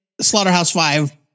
Slaughterhouse-Five